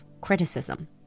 criticism